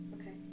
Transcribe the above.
Okay